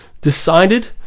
decided